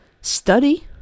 study